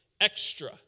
extra